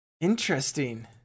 interesting